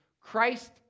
Christ